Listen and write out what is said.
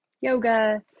yoga